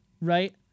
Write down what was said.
Right